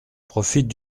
profite